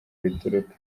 bituruka